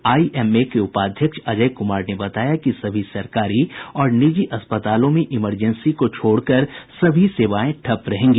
IMA के उपाध्यक्ष अजय कुमार ने बताया कि सभी सरकारी और निजी अस्पतालों में इमरजेंसी को छोड़कर सभी सेवाएं ठप्प रहेंगी